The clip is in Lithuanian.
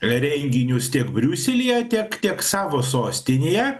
renginius tiek briuselyje tiek tiek savo sostinėje